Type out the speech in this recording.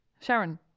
Sharon